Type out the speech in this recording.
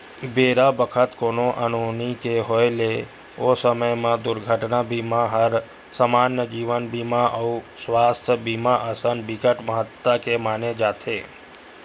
बेरा बखत कोनो अनहोनी के होय ले ओ समे म दुरघटना बीमा हर समान्य जीवन बीमा अउ सुवास्थ बीमा असन बिकट महत्ता के माने जाथे